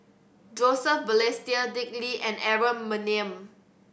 Joseph Balestier Dick Lee and Aaron Maniam